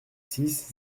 six